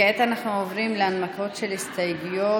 כעת אנחנו עוברים להנמקות של ההסתייגויות